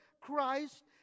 Christ